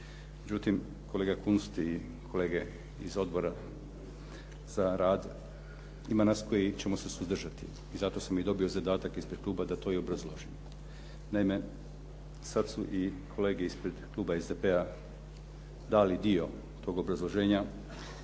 Međutim, kolega Kunst i kolege iz Odbora za rad, ima nas koji ćemo se suzdržati i zato sam i dobio zadatak ispred kluba da to i obrazložim. Naime, sad su i kolege ispred kluba SDP-a dali dio tog obrazloženja.